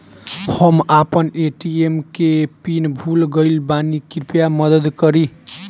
हम आपन ए.टी.एम के पीन भूल गइल बानी कृपया मदद करी